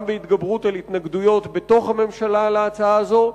גם בהתגברות על התנגדויות בתוך הממשלה להצעה הזאת.